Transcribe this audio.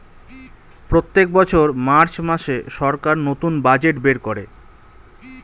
প্রত্যেক বছর মার্চ মাসে সরকার নতুন বাজেট বের করে